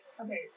Okay